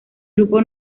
grupo